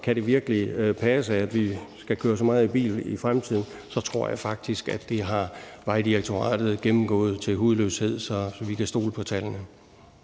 om det virkelig kan passe, at vi skal køre så meget i bil i fremtiden, så vil jeg sige, at jeg faktisk tror, at Vejdirektoratet har gennemgået det til hudløshed, så vi kan stole på tallene.